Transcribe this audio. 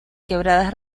quebradas